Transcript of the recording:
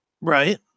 Right